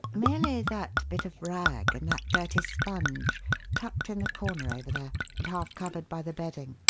merely that bit of rag and that dirty sponge tucked in the corner over there and half covered by the bedding.